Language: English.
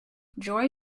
joy